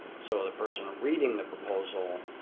so the person reading the proposal